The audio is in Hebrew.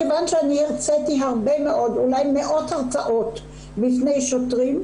כיוון שהרציתי אולי מאות הרצאות בפני שוטרים,